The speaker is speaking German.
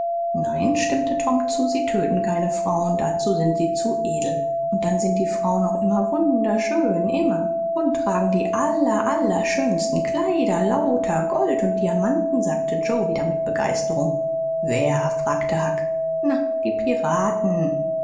nein stimmte tom zu sie töten keine frauen dazu sind sie zu edel und dann sind die frauen auch immer wunderschön immer und tragen die aller allerschönsten kleider lauter gold und diamanten sagte joe wieder mit begeisterung wer fragte huck na die piraten